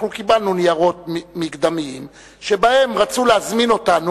אנחנו קיבלנו ניירות מקדמיים שבהם רצו להזמין אותנו